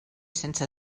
sense